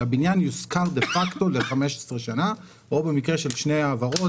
שהבניין יושכר דה פקטו ל-15 שנים או במקרה של שתי העברות,